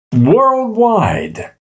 worldwide